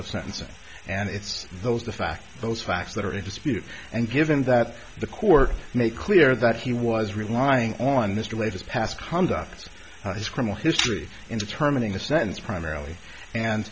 of sentencing and it's those the facts those facts that are in dispute and given that the court make clear that he was relying on mr latest past conduct his criminal history in determining the sentence primarily and